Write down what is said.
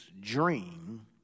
dream